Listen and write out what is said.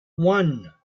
one